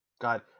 god